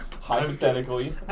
Hypothetically